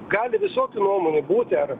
gali visokių nuomonių būti ar